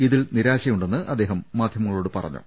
ഇതിൽ നിരാ ശയുണ്ടെന്ന് അദ്ദേഹം മാധ്യമങ്ങളോട് പറഞ്ഞു